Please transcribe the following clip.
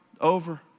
over